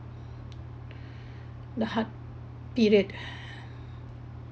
the hard period